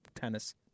tennis